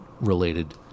related